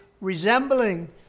resembling